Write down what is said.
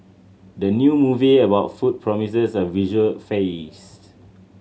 the new movie about food promises a visual feast